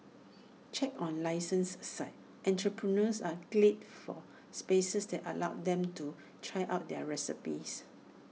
checks on licences aside entrepreneurs are glad for spaces that allow them to try out their recipes